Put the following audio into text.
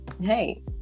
hey